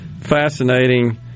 fascinating